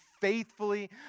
faithfully